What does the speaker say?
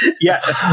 Yes